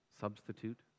substitute